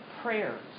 prayers